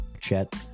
Chet